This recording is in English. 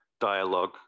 dialogue